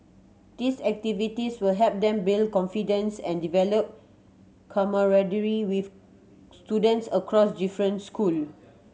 these activities will help them build confidence and develop camaraderie with students across different school